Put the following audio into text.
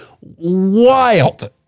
wild